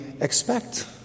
expect